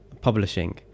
publishing